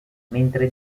mentre